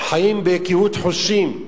חיים בקהות חושים.